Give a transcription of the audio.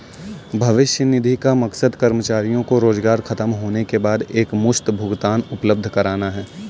भविष्य निधि का मकसद कर्मचारियों को रोजगार ख़तम होने के बाद एकमुश्त भुगतान उपलब्ध कराना है